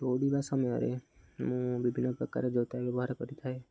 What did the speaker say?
ଦୌଡ଼ିବା ସମୟରେ ମୁଁ ବିଭିନ୍ନ ପ୍ରକାର ଜୋତା ବ୍ୟବହାର କରିଥାଏ